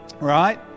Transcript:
right